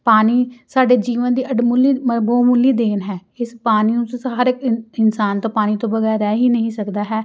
ਪਾਣੀ ਸਾਡੇ ਜੀਵਨ ਦੀ ਅਡਮੁਲੀ ਬਹੁਮੁਲੀ ਦੇਣ ਹੈ ਇਸ ਪਾਣੀ ਨੂੰ ਤੁਸੀਂ ਹਰ ਇਨ ਇਨਸਾਨ ਤੋਂ ਪਾਣੀ ਤੋਂ ਬਗੈਰ ਰਹਿ ਹੀ ਨਹੀਂ ਸਕਦਾ ਹੈ